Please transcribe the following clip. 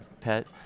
pet